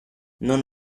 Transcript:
non